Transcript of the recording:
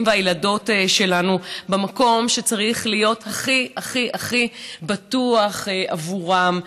והילדות שלנו במקום שצריך להיות הכי בטוח עבורם,